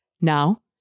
Now